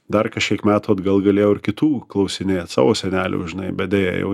dar kažkiek metų atgal galėjau ir kitų klausinėt savo senelių žinai bet deja jau